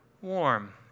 warm